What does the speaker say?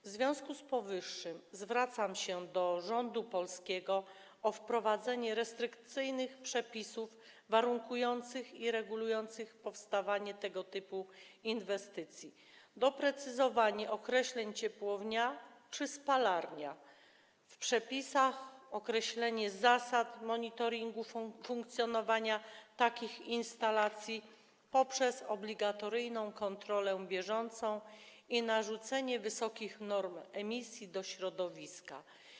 W związku z powyższym zwracam się do rządu polskiego o wprowadzenie restrykcyjnych przepisów, warunkujących i regulujących powstawanie tego typu inwestycji, o doprecyzowanie określeń „ciepłownia” czy „spalarnia” oraz o określenie w przepisach zasad monitoringu funkcjonowania takich instalacji poprzez obligatoryjną kontrolę bieżącą i narzucenie wysokich norm emisji do środowiska.